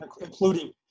including